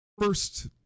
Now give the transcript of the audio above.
first